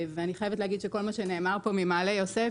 אני חייבת להגיד שכל מה שנאמר פה ממעלה יוסף,